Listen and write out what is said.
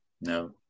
no